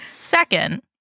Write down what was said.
Second